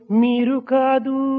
mirukadu